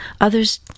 others